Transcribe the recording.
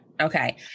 Okay